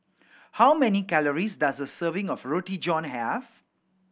how many calories does a serving of Roti John have